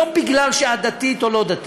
לא מפני שאת דתית או לא דתית,